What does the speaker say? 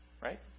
right